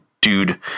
dude